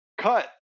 cut